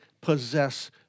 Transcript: possess